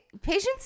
patience